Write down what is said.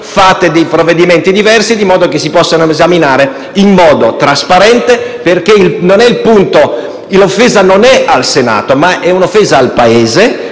fate dei provvedimenti diversi, di modo che si possano esaminare in modo trasparente. L'offesa non è a al Senato, ma un'offesa al Paese,